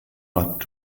bad